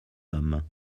homme